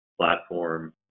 platform